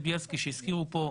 זאב בילסקי שהזכירו פה,